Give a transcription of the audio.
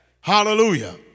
Hallelujah